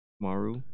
Maru